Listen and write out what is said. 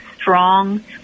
strong